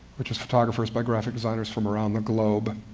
which is photographers by graphic designers from around the globe,